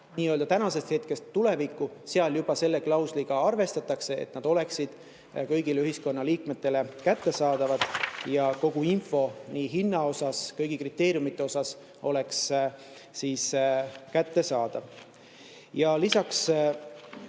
tänasest hetkest tulevikku, selle klausliga, et nad oleksid kõigile ühiskonna liikmetele kättesaadavad ja kogu info nii hinna osas, kõigi kriteeriumide osas oleks kättesaadav, juba